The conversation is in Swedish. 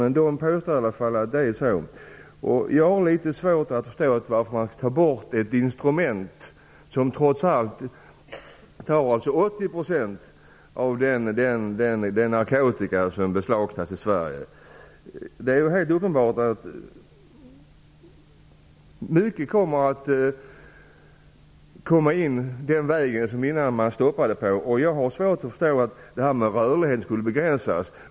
Men de påstår i varje fall att det är på det sättet. Jag har litet svårt att förstå varför man tar bort ett instrument som trots allt tar 80 % av den narkotika som beslagtas i Sverige. Det är helt uppenbart att mycket kommer att föras in den väg där man tidigare har stoppat. Jag har svårt att förstå att rörligheten skulle begränsas.